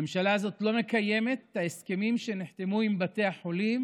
הממשלה הזאת לא מקיימת את ההסכמים שנחתמו עם בתי החולים